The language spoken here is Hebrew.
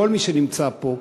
כל מי שנמצא פה,